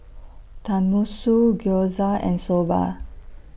Tenmusu Gyoza and Soba